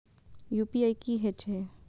UPI की हेछे?